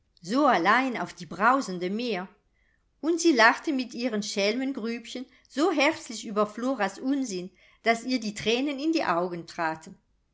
so allein auf die brausende meer und sie lachte mit ihren schelmengrübchen so herzlich über floras unsinn daß ihr die thränen in die augen traten